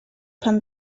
pan